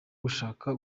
gushaka